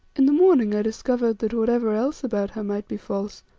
in the morning i discovered that whatever else about her might be false,